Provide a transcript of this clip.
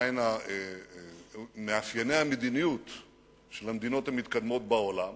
מהם מאפייני המדיניות של המדינות המתקדמות בעולם.